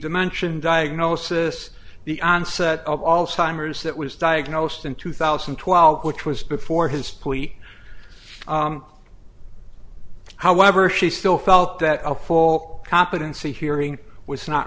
dimension diagnosis the onset of alzheimer's that was diagnosed in two thousand and twelve which was before his plea however she still felt that a full competency hearing was not